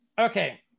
Okay